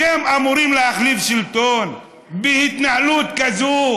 אתם אמורים להחליף שלטון בהתנהלות כזו?